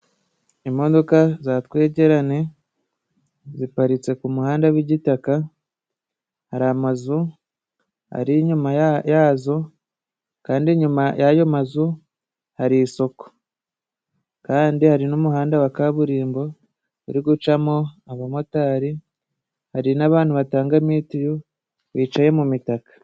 Imodoka za twegerane ziparitse ku muhanda w'igitaka ,hari amazu ari inyuma yazo kandi inyuma y'ayo mazu hari isoko, kandi hari n'umuhanda wa kaburimbo uri gucamo abamotari, hari n'abantu batanga mitiyu bicaye mu mitaka.